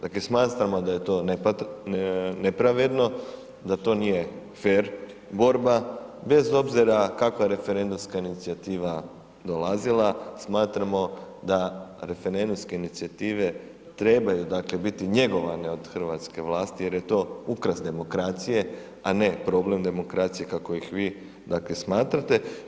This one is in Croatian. Dakle, smatramo da je to nepravedno, da to nije fer borba, bez obzira kakva referendumska inicijativa dolazila, smatramo da referendumske inicijative trebaju dakle biti njegovane od hrvatske vlasti jer je to ukras demokracije, a ne problem demokracije kako ih vi dakle smatrate.